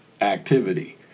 Activity